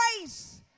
grace